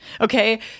Okay